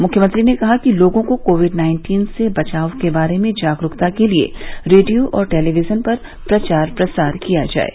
मुख्यमंत्री ने कहा कि लोगों को कोविड नाइन्टीन से बचाव के बारे में जागरूकता के लिये रेडियो और टेलीविजन पर प्रचार प्रसार किया जाये